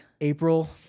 April